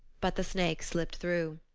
but the snake slipped through.